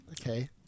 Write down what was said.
okay